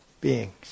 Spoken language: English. beings